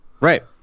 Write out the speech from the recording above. right